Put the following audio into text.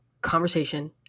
conversation